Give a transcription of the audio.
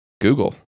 google